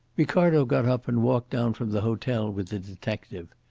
ricardo got up and walked down from the hotel with the detective.